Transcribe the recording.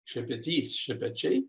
šepetys šepečiai